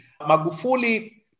Magufuli